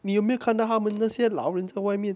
你有没有看到他们那些老人在外面